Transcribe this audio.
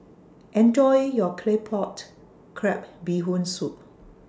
Enjoy your Claypot Crab Bee Hoon Soup